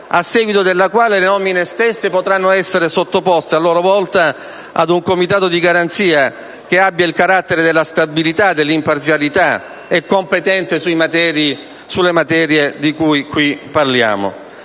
a seguito della quale le nomine stesse potranno essere sottoposte a loro volta ad un comitato di garanzia che abbia il carattere della stabilità e dell'imparzialità e sia competente nelle materie di cui qui parliamo.